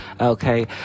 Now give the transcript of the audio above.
Okay